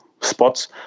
spots